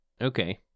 Okay